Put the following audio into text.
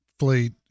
Fleet